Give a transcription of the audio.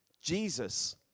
Jesus